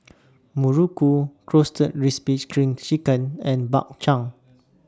Muruku Roasted Crispy SPRING Chicken and Bak Chang